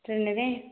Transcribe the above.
train ରେ